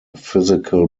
physical